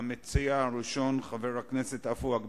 נא